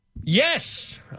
Yes